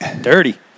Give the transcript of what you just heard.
dirty